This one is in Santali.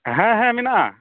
ᱦᱮᱸ ᱦᱮᱸ ᱢᱮᱱᱟᱜᱼᱟ